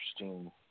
interesting